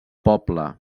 poble